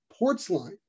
Portsline